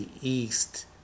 East